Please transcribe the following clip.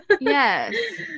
Yes